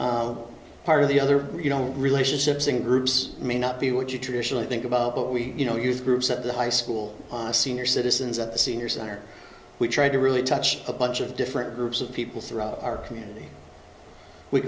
part of the other you don't relationships in groups may not be what you traditionally think about but we you know youth groups at the high school senior citizens at the senior center we tried to really touch a bunch of different groups of people throughout our community we